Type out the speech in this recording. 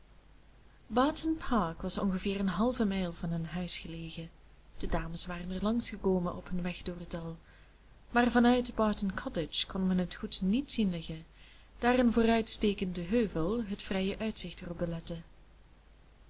barton park was ongeveer een halve mijl van hun huis gelegen de dames waren er langs gekomen op hun weg door het dal maar van uit barton cottage kon men het goed niet zien liggen daar een vooruitstekende heuvel het vrije uitzicht erop belette